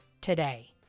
today